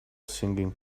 singing